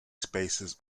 spaces